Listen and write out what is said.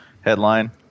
headline